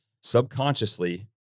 subconsciously